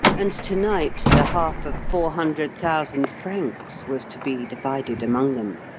and to-night the half of four hundred thousand francs was to be divided among them.